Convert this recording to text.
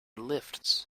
lifts